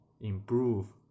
improve